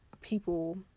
people